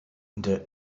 the